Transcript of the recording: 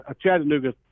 Chattanooga